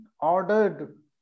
ordered